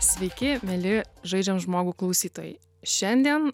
sveiki mieli žaidžiam žmogų klausytojai šiandien